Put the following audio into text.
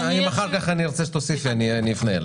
אחר כך אם ארצה שתוסיפי אני אפנה אליך.